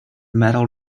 metal